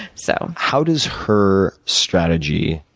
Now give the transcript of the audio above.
so how does her strategy,